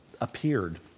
appeared